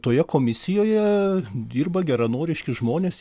toje komisijoje dirba geranoriški žmonės